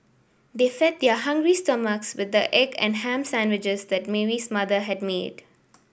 they fed their hungry stomachs with the egg and ham sandwiches that Mary's mother had made